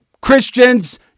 Christians